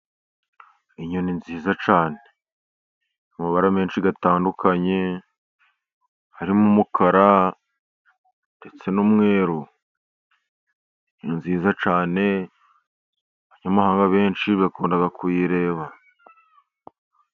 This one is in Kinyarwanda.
Inyoni nziza cyane. Amabara menshi atandukanye, harimo umukara, ndetse n'umweru. Ni nziza cyane, abanyamahanga benshi bakunda kuyireba.